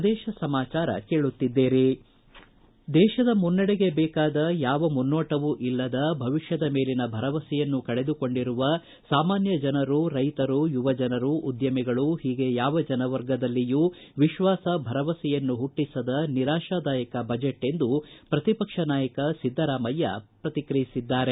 ಪ್ರದೇಶ ಸಮಾಚಾರ ಕೇಳುತ್ತಿದ್ದೀರಿ ದೇಶದ ಮುನ್ನಡೆಗೆ ಬೇಕಾದ ಯಾವ ಮುನ್ನೋಟವೂ ಇಲ್ಲದ ಭವಿಷ್ಯದ ಮೇಲಿನ ಭರವಸೆಯನ್ನೂ ಕಳೆದುಕೊಂಡಿರುವ ಸಾಮಾನ್ತ ಜನರು ರೈತರು ಯುವಜನರು ಉದ್ದಮಿಗಳು ಹೀಗೆ ಯಾವ ಜನ ವರ್ಗದಲ್ಲಿಯೂ ವಿತ್ವಾಸ ಭರವಸೆಯನ್ನು ಪುಟ್ಟಿಸದ ನಿರಾತದಾಯಕ ಬಜೆಟ್ ಎಂದು ಪ್ರತಿಪಕ್ಷ ನಾಯಕ ಸಿದ್ದರಾಮಯ್ಯ ಪ್ರಕಿಕ್ರಿಯಿಸಿದ್ದಾರೆ